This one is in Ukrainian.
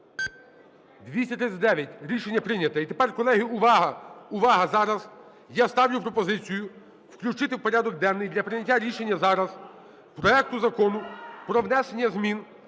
За-239 Рішення прийнято. І тепер, колеги, увага! Увага! Зараз я ставлю пропозицію включити в порядок денний для прийняття рішення зараз проекту Закону про внесення змін